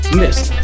missed